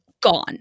gone